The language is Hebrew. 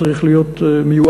צריך להיות מיועד